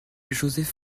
joseph